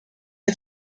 the